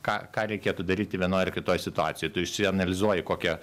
ką ką reikėtų daryti vienoj ar kitoj situacijoj tu išsianalizuoji kokia